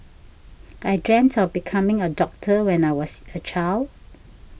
I dreamt of becoming a doctor when I was a child